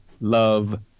love